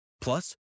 Plus